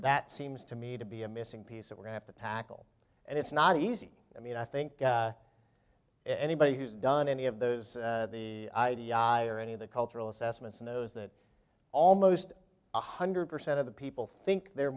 that seems to me to be a missing piece that we have to tackle and it's not easy i mean i think anybody who's done any of those the or any of the cultural assessments knows that almost one hundred percent of the people think they're